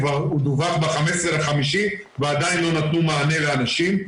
הוא כבר דווח ב-15.5 ועדיין לא נתנו מענה לאנשים.